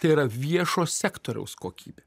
tai yra viešo sektoriaus kokybė